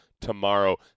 tomorrow